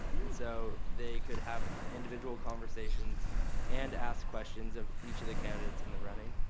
and so they could have individual conversations and ask questions of each of the candidates in the running.